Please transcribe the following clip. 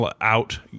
out